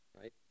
right